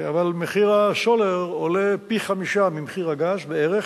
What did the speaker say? אבל מחיר הסולר הוא פי-חמישה ממחיר הגז, בערך,